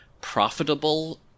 profitable